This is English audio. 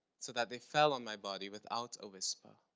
so that they fell on my body without a whisper.